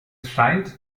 scheint